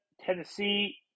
Tennessee